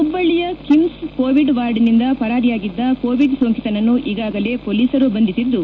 ಹುಬ್ಲಳ್ಳಿಯ KIMS covid ವಾರ್ಡಿನಿಂದ ಪರಾರಿಯಾಗಿದ್ದ covid ಸೋಂಕಿತನ್ನು ಈಗಾಗಲೇ ಪೊಲೀಸರು ಬಂಧಿಸಿದ್ದು